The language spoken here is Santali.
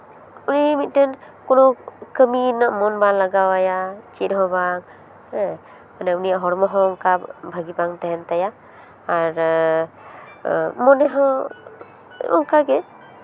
ᱩᱱᱤ ᱢᱤᱫᱴᱟᱱ ᱠᱳᱱᱳ ᱠᱟᱹᱢᱤ ᱨᱮᱱᱟᱜ ᱢᱚᱱ ᱵᱟᱝ ᱞᱟᱜᱟᱣ ᱟᱭᱟ ᱪᱮᱫ ᱦᱚᱸ ᱵᱟᱝ ᱦᱮᱸ ᱩᱱᱤᱭᱟᱜ ᱦᱚᱲᱢᱚ ᱦᱚᱸ ᱚᱱᱠᱟ ᱵᱷᱟᱹᱜᱤ ᱵᱟᱝ ᱛᱟᱦᱮᱱ ᱛᱟᱭᱟ ᱟᱨ ᱢᱚᱱᱮ ᱦᱚᱸ ᱚᱱᱠᱟ ᱜᱮ